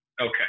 Okay